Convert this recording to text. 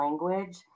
language